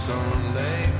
Sunday